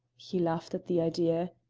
he laughed at the idea.